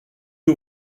que